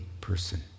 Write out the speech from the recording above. person